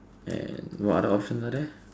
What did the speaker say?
and what other options are there